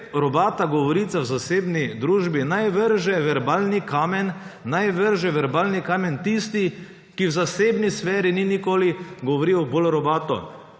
Robata govorica v zasebni družbi – naj vrže verbalni kamen tisti, ki v zasebni sferi ni nikoli govoril bolj robato,